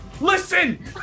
Listen